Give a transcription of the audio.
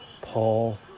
Paul